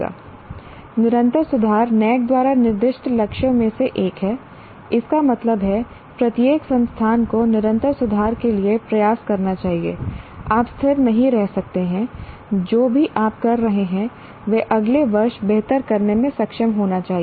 निरंतर सुधार NAAC द्वारा निर्दिष्ट लक्ष्यों में से एक है इसका मतलब है प्रत्येक संस्थान को निरंतर सुधार के लिए प्रयास करना चाहिए आप स्थिर नहीं रह सकते हैं जो भी आप कर रहे हैं वह अगले वर्ष बेहतर करने में सक्षम होना चाहिए